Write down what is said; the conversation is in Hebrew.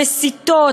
המסיתות,